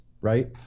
right